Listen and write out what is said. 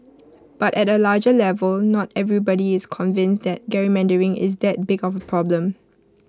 but at A larger level not everybody is convinced that gerrymandering is that big of A problem